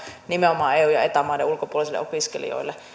nimenomaan eu ja eta maiden ulkopuolisille opiskelijoille